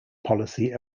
policy